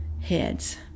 heads